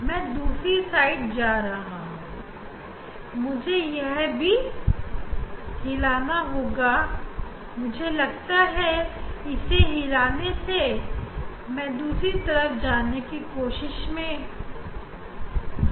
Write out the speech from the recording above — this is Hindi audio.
मैं दूसरी साइड जा रहा हूं मुझे इसे यहां से तब तक हिलाना होगा जब तक मुझे दूसरा आर्डर ना मिल जाए